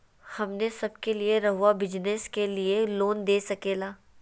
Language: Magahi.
हमने सब के लिए रहुआ बिजनेस के लिए लोन दे सके ला?